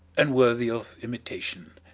and worthy of imitation.